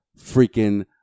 freaking